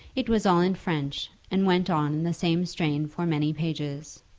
it was all in french, and went on in the same strain for many pages.